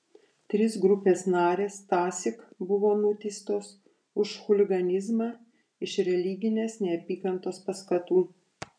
trys grupės narės tąsyk buvo nuteistos už chuliganizmą iš religinės neapykantos paskatų